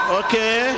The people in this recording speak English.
okay